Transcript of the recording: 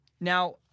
Now